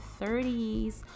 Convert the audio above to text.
30s